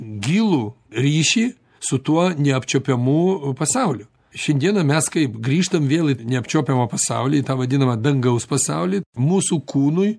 gilų ryšį su tuo neapčiuopiamu pasauliu šiandieną mes kaip grįžtam vėl į neapčiuopiamą pasaulį į tą vadinamą dangaus pasaulį mūsų kūnui